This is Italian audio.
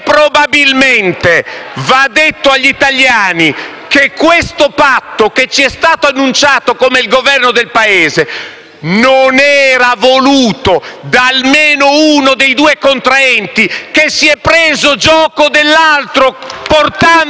probabilmente va detto agli italiani che questo patto che ci è stato annunciato come il Governo del Paese non era voluto da almeno uno dei due contraenti, che si è preso gioco dell'altro, portandolo